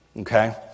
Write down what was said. Okay